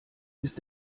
ist